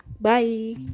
bye